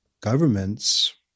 governments